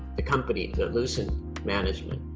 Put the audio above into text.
the company the lucent management.